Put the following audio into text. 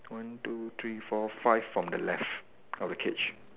one two three four five from the left of the cage